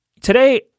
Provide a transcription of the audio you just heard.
today